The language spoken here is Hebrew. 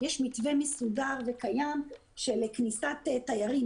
יש מתווה מסודר וקיים לכניסת תיירים,